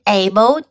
able